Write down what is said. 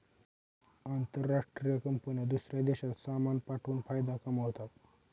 आंतरराष्ट्रीय कंपन्या दूसऱ्या देशात सामान पाठवून फायदा कमावतात